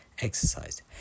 Exercise